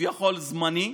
כביכול זמני.